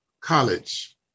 college